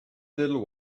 little